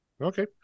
Okay